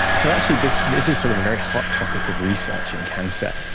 so actually this this is sort of a very hot topic of research in cancer.